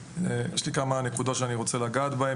יש לי כמה נקודות שאני רוצה לגעת בהן.